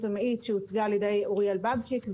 המאיץ שהוצגה על ידי אוריאל בבצ'יק,